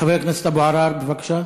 חבר הכנסת אבו עראר, בבקשה.